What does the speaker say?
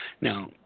Now